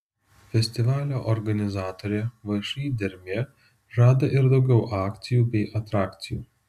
festivalio organizatorė všį dermė žada ir daugiau akcijų bei atrakcijų